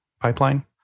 pipeline